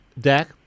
Dak